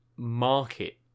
market